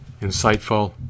insightful